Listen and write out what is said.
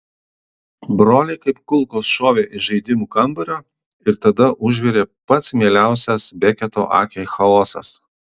broliai kaip kulkos šovė iš žaidimų kambario ir tada užvirė pats mieliausias beketo akiai chaosas